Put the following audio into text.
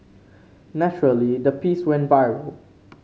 naturally the piece went viral